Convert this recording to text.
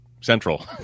Central